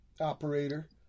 operator